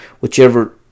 whichever